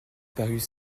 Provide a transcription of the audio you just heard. parut